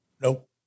Nope